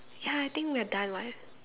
ya I think we are done [what]